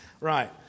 Right